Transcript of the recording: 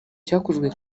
cyakozwe